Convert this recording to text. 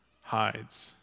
hides